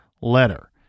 letter